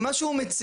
אם מה שהוא מציע,